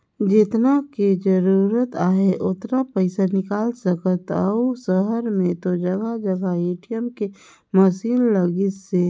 जेतना के जरूरत आहे ओतना पइसा निकाल सकथ अउ सहर में तो जघा जघा ए.टी.एम के मसीन लगिसे